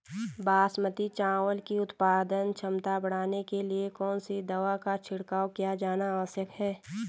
बासमती चावल की उत्पादन क्षमता बढ़ाने के लिए कौन सी दवा का छिड़काव किया जाना आवश्यक है?